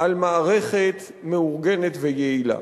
על מערכת מאורגנת ויעילה,